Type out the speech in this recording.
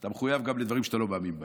אתה מחויב גם לדברים שאתה לא מאמין בהם.